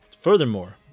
Furthermore